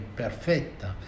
perfetta